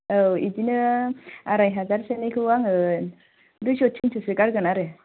औ इदिनो आराय हाजार सोनिखौ आङो दुइस' थिनस'सो गारगोन आरो